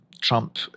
Trump